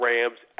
Rams